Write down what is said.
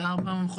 אנחנו במתח.